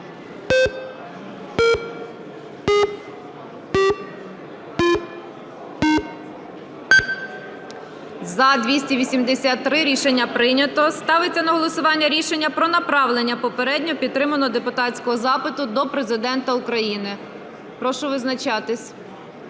За-283 Рішення прийнято. Ставиться на голосування рішення про направлення попередньо підтриманого депутатського запиту до Президента України. Прошу визначатися.